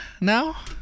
now